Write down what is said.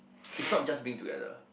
it's not just being together